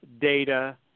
data